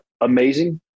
amazing